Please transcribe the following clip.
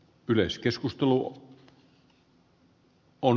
yleiskeskus hän yhtyy